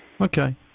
Okay